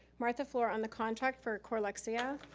martha fluor, on the contract for core lexia,